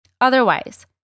Otherwise